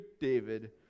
David